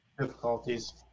Difficulties